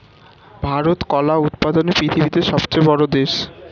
ভারত কলা উৎপাদনে পৃথিবীতে সবথেকে বড়ো দেশ